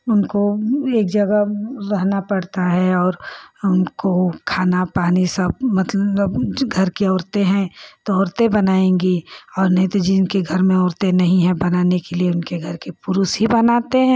उनको एक जगह रहना पड़ता है और उनको खाना पानी सब मतलब घर की औरतें हैं तो औरतें बनाएंगी और नहीं तो जिनके घर में औरतें नहीं हैं बनाने के लिए उनके घर के पुरुष ही बनाते हैं